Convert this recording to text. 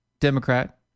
Democrat